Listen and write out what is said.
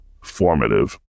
formative